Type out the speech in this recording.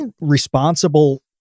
responsible